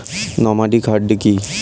Nomadic hardy কি?